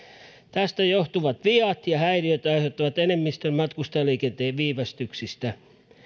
josta johtuvat viat ja häiriöt aiheuttavat enemmistön matkustajaliikenteen viivästyksistä